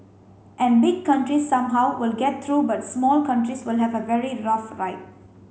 and big countries somehow will get through but small countries will have a very rough ride